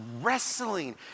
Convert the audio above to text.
wrestling